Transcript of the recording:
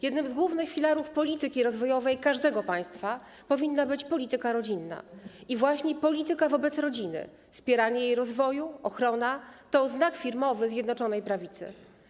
Jednym z głównych filarów polityki rozwojowej każdego państwa powinna być polityka rodzinna i właśnie polityka wobec rodziny, wspieranie jej rozwoju, ochrona to znak firmowy Zjednoczonej Prawicy.